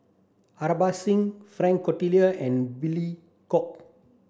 Singh Frank Cloutier and Billy Koh